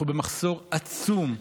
אנחנו במחסור עצום,